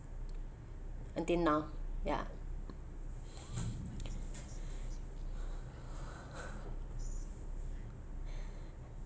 until now ya